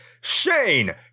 Shane